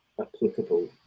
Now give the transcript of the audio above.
applicable